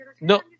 No